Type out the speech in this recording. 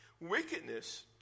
Wickedness